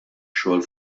xogħol